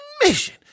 mission